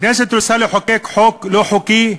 הכנסת רוצה לחוקק חוק לא חוקי.